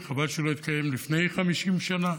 וחבל שלא התקיים לפני 50 שנה.